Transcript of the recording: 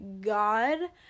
god